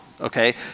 okay